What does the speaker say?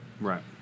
Right